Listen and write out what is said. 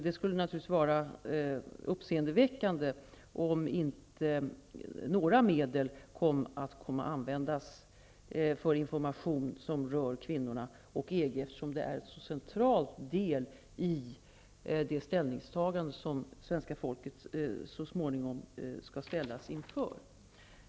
Det skulle naturligtvis vara uppseendeväckande om inte några medel kom att användas för information som rör kvinnorna och EG, eftersom det är en så central del av det ställningstagande som svenska folket så småningom skall ställas inför.